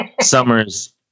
Summer's